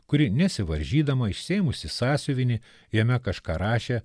kuri nesivaržydama išsiėmusi sąsiuvinį jame kažką rašė